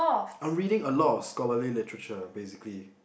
I'm reading a lot of scholarly literature basically